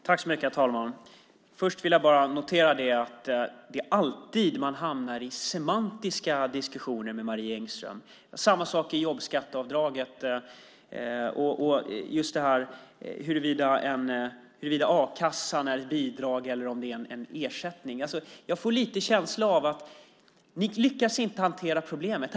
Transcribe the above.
Herr talman! Först vill jag notera att man alltid hamnar i semantiska diskussioner med Marie Engström. Det var samma sak i fråga om jobbskatteavdraget och huruvida a-kassan är ett bidrag eller en ersättning. Jag får en känsla av att ni inte lyckas hantera problemet.